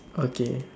okay